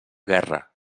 guerra